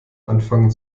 anfangen